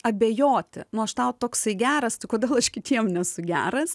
abejoti nu aš tau toksai geras tai kodėl aš kitiem nesu geras